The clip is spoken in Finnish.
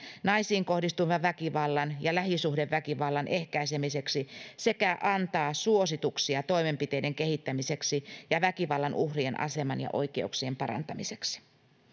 naisiin kohdistuvan väkivallan ja lähisuhdeväkivallan ehkäisemiseksi sekä antaa suosituksia toimenpiteiden kehittämiseksi ja väkivallan uhrien aseman ja oikeuksien parantamiseksi